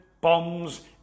bombs